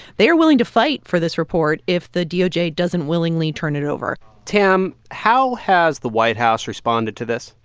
they are willing to fight for this report if the doj doesn't willingly turn it over tam, how has the white house responded to this?